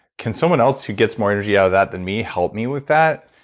can someone else who gets more energy out of that than me, help me with that?